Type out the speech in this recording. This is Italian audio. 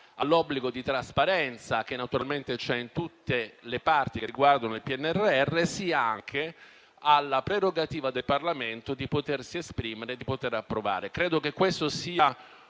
all'obbligo di trasparenza che naturalmente c'è in tutte le parti che riguardano il PNRR, sia alla prerogativa del Parlamento di potersi esprimere e approvare. Credo che questo sia